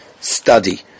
Study